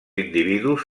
individus